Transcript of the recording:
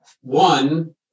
one